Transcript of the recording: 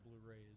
Blu-rays